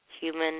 human